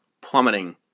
plummeting